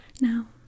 now